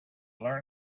learn